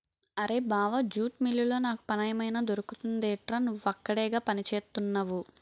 అరేయ్ బావా జూట్ మిల్లులో నాకు పనేమైనా దొరుకుతుందెట్రా? నువ్వక్కడేగా పనిచేత్తున్నవు